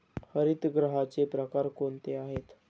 हरितगृहाचे प्रकार कोणते आहेत?